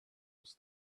was